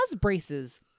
braces